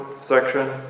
section